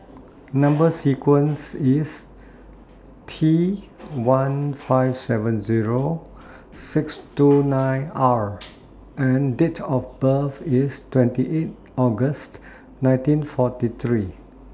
Number sequence IS T one five seven Zero six two nine R and Date of birth IS twenty eight August nineteen forty three